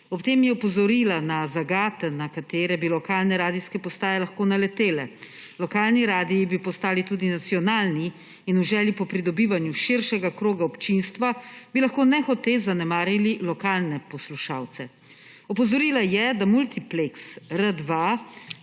Ob tem je opozorila na zagate, na katere bi lokalne radijske postaje lahko naletele. Lokalni radii bi postali tudi nacionalni in v želji po pridobivanju širšega kroga občinstva bi lahko nehote zanemarili lokalne poslušalce. Opozorila je, da multipleks R2